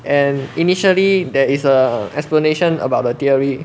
and initially there is a explanation about the theory